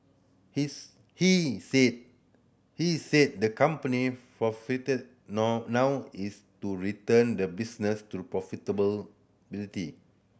his he said he is said the company now now is to return the business to